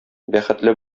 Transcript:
бәхетле